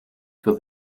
for